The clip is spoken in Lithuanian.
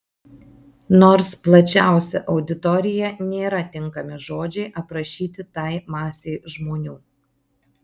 nors plačiausia auditorija nėra tinkami žodžiai aprašyti tai masei žmonių